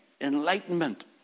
enlightenment